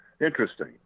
Interesting